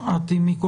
שומעים.